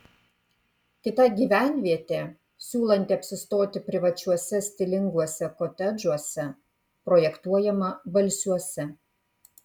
kita gyvenvietė siūlanti apsistoti privačiuose stilinguose kotedžuose projektuojama balsiuose